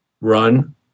run